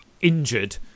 injured